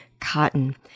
cotton